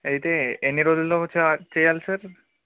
అయితే ఎన్ని రోజుల్లో ఛార్జ్ చేయాలి సార్